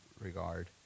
regard